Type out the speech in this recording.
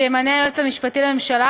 שימנה היועץ המשפטי לממשלה,